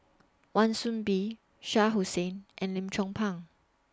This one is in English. Wan Soon Bee Shah Hussain and Lim Chong Pang